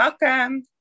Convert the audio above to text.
Welcome